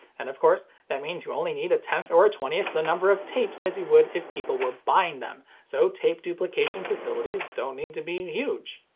and of course, that means you only need a tenth or a twentieth the number of tapes as you would if people were buying them, so tape duplication facilities don't need to be huge.